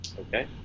okay